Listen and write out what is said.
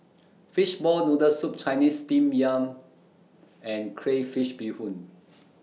Fishball Noodle Soup Chinese Steamed Yam and Crayfish Beehoon